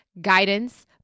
guidance